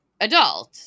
adult